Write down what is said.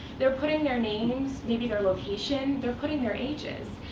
they're putting their names, maybe their location. they're putting their ages.